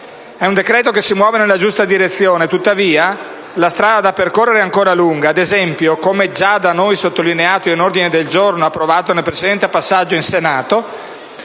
di un decreto che si muove nella giusta direzione, tuttavia la strada da percorrere è ancora lunga. Ad esempio, come già da noi sottolineato in un ordine del giorno approvato nel precedente passaggio in Senato,